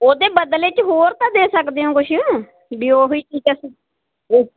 ਉਹ ਤੇ ਬਦਲੇ ਚ ਹੋਰ ਤਾਂ ਦੇ ਸਕਦੇ ਹੋ ਕੁਛ ਵੀ ਉਹ ਹੀ